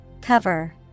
Cover